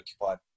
occupied